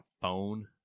phone